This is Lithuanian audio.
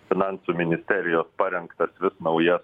finansų ministerijos parengtas vis naujas